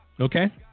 Okay